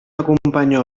acompanyar